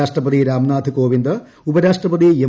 രാഷ്ട്രപതി രാംനാഥ് കോവിന്ദ് ഉപരാഷ്ട്രപതി എം